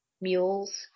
Mules